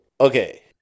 okay